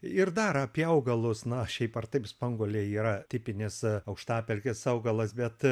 ir dar apie augalus na šiaip ar taip spanguolė yra tipinės aukštapelkės augalas bet